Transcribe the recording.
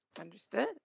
Understood